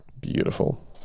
beautiful